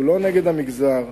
הוא לא נגד המגזר,